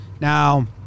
Now